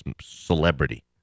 celebrity